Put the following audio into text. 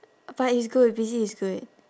but it's good busy is good